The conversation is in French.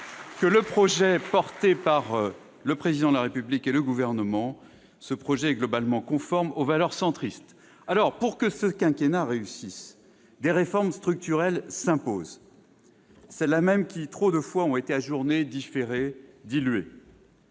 le projet porté par le Président de la République et le Gouvernement est globalement conforme aux valeurs centristes. Pour que ce quinquennat réussisse, des réformes structurelles s'imposent, celles-là mêmes qui, trop souvent, ont été ajournées, différées, diluées.